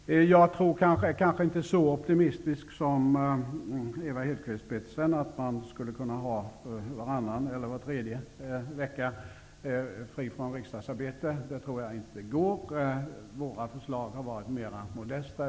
Jag är kanske inte lika optimistisk som Ewa Hedkvist Petersen, som menar att man skulle kunna ha varannan eller var tredje vecka fri från riksdagsarbete. Det tror jag inte går. Våra förslag har varit mer modesta.